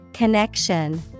Connection